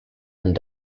and